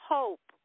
hope